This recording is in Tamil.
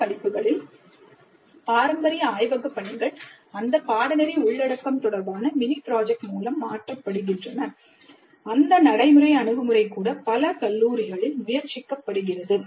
சில படிப்புகளில் பாரம்பரிய ஆய்வகப் பணிகள் அந்த பாடநெறி உள்ளடக்கம் தொடர்பான மினி ப்ராஜெக்ட் மூலம் மாற்றப்படுகின்றன அந்த நடைமுறை அணுகுமுறை கூட பல கல்லூரிகளில் முயற்சிக்கப்படுகிறது